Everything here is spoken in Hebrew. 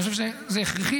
אני חושב שזה הכרחי,